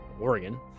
Oregon